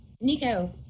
Nico